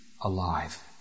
alive